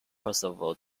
percival